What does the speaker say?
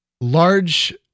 large